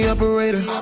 Operator